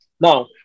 now